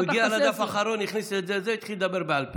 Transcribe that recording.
כשהוא הגיע לדף האחרון, התחיל לדבר בעל פה.